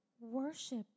worship